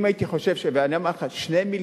אני אומר לך, 2 מיליארד.